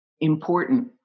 important